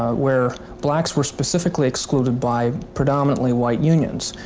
ah where blacks were specifically excluded by predominantly white unions.